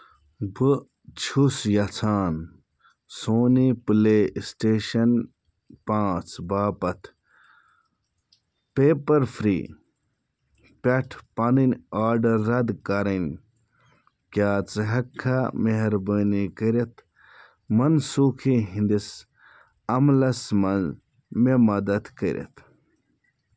بہٕ چھُس یژھان سونے پلے سٹیشن پانژھ باپتھ پیپر فری پٮ۪ٹھ پنٕنۍ آرڈر رد کرٕنۍ کیٛاہ ژٕ ہٮ۪ککھا مہربٲنی کٔرِتھ منسوخی ہِنٛدِس عملس منٛز مےٚ مدد کٔرِتھ